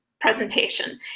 presentation